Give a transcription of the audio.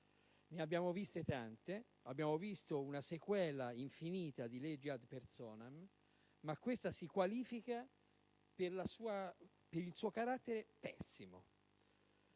Ne abbiamo viste tante. Abbiamo visto una sequela infinita di leggi *ad personam*, ma questa si qualifica per il suo carattere pessimo.